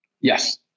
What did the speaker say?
Yes